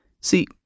See